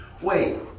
Wait